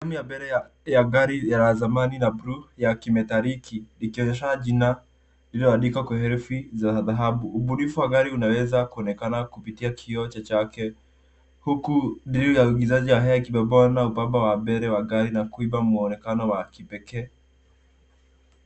Sehemu ya mbele ya gari ya zamani ya buluu ya kimetaliki ikionyesha jina iliyoandikwa kwa herufi za dhahabu. Ubunifu wa gari unaweza kuonekana kupitia kioo chake huku drili ya uingizaji wa hewa kimebanqa kwa bampa ya mbele wa gari na kuipa mwonekano wa kipekee.